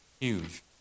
Huge